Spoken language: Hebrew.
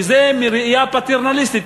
וזה מראייה פטרנליסטית,